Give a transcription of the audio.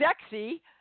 sexy